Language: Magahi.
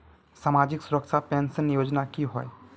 सामाजिक सुरक्षा पेंशन योजनाएँ की होय?